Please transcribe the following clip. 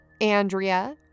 Andrea